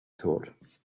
thought